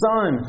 Son